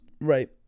Right